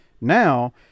now –